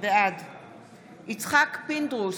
בעד יצחק פינדרוס,